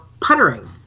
puttering